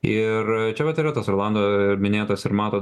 ir čia vat yra tas rolando minėtas ir mato